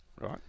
Right